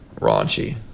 raunchy